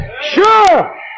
Sure